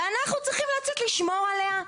ואנחנו צריכים לצאת לשמור עליה?